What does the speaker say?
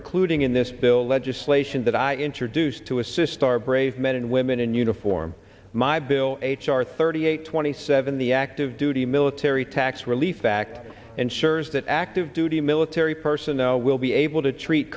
including in this bill legislation that i introduced to assist our brave men and women in uniform my bill h r thirty eight twenty seven the active duty military tax relief act ensures that active duty military personnel will be able to treat